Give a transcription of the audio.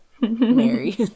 mary